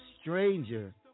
stranger